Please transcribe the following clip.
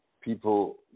people